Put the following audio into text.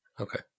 Okay